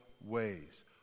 ways